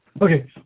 Okay